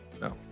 No